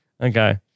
Okay